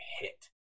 hit